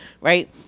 right